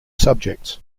subjects